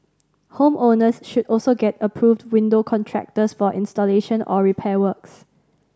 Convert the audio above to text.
home owners should also get approved window contractors for installation or repair works